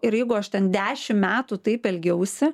ir jeigu aš ten dešimt metų taip elgiausi